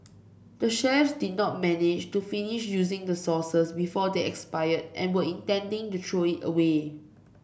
the chefs did not manage to finish using the sauces before they expired and were intending to throw away